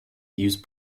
use